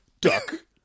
duck